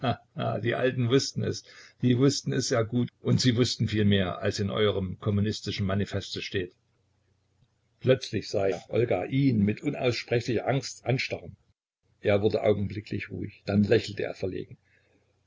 die alten wußten es die wußten es sehr gut und sie wußten viel mehr als in eurem kommunistischen manifeste steht plötzlich sah er olga ihn mit unaussprechlicher angst anstarren er wurde augenblicklich ruhig dann lächelte er verlegen